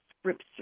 Scripture